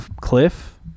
cliff